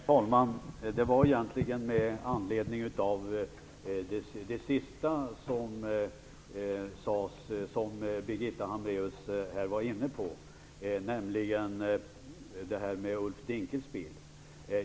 Herr talman! Jag begärde replik med anledning av det sista Birgitta Hambraeus tog upp, nämligen det hon sade om Ulf Dinkelspiel.